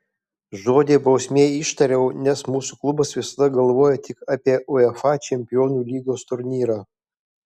žodį bausmė ištariau nes mūsų klubas visada galvoja tik apie uefa čempionų lygos turnyrą